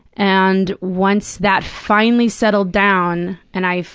and once that finally settled down and i,